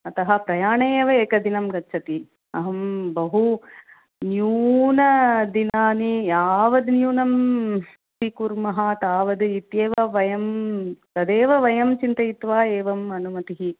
अतः प्रयाणे एव एकदिनं गच्छति अहं बहु न्यूनदिनानि यावद् न्यूनं स्वीकुर्मः तावद् इत्येव वयं तदेव वयं चिन्तयित्वा एवम् अनुमतिः